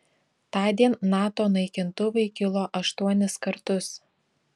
tądien nato naikintuvai kilo aštuonis kartus